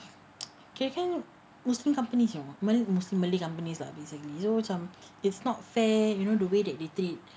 kirakan muslim company you know malay muslim malay companies lah basically so macam it's not fair you know the way that they treat